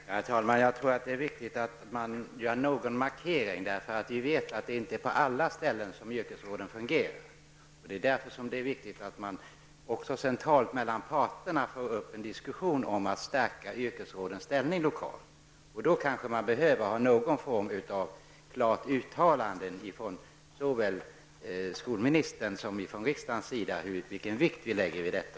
Herr talman! Jag tror att det är viktigt att man gör någon markering, eftersom vi vet att yrkesråden inte fungerar på alla ställen. Därför är det viktigt att man centralt mellan parterna får i gång en diskussion om att stärka yrkesrådens ställning lokalt. Då kanske man behöver ha någon form av klart uttalande ifrån såväl skolministern som riksdagen om vilken vikt man skall lägga vid detta.